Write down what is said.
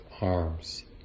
arms